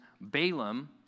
Balaam